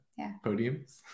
podiums